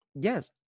Yes